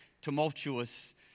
tumultuous